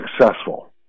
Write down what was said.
successful